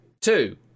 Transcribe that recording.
two